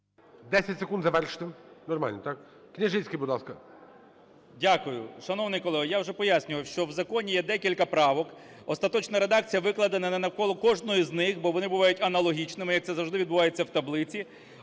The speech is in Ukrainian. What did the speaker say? КНЯЖИЦЬКИЙ М.Л. Дякую. Шановний колего, я вже пояснював, що в законі є декілька правок, остаточна редакція викладена не навколо кожної з них, бо вони бувають аналогічними, як це завжди відбувається в таблиці,